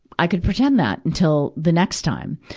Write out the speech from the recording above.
i could pretend that until the next time.